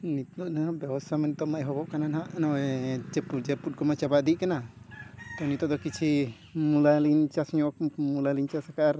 ᱱᱤᱛᱚᱜ ᱱᱤᱱᱟᱹᱜ ᱵᱮᱵᱚᱥᱟ ᱢᱮᱱᱛᱮᱫ ᱮᱦᱚᱵᱚᱜ ᱠᱟᱱᱟ ᱱᱟᱦᱟᱜ ᱱᱚᱜᱼᱚᱭ ᱡᱟᱹᱯᱩᱫ ᱡᱟᱹᱯᱩᱫ ᱠᱚᱢᱟ ᱪᱟᱵᱟ ᱤᱫᱤᱜ ᱠᱟᱱᱟ ᱟᱨ ᱱᱤᱛᱳᱜ ᱫᱚ ᱠᱤᱪᱷᱩ ᱢᱩᱞᱟᱹ ᱞᱤᱧ ᱪᱟᱥ ᱧᱚᱜ ᱢᱩᱞᱟᱹ ᱞᱤᱧ ᱪᱟᱥ ᱟᱠᱟᱫᱼᱟ ᱟᱨ